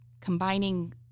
combining